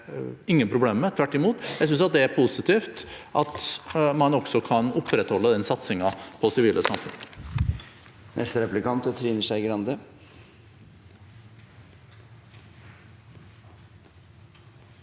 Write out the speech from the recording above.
ingen problemer med – tvert imot. Jeg synes det er positivt at man også kan opprettholde satsingen på det sivile samfunn.